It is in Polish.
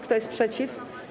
Kto jest przeciw?